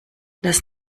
das